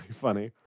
funny